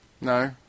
No